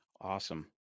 Awesome